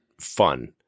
fun